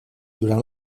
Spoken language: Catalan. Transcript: durant